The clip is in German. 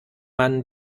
man